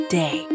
day